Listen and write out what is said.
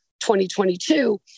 2022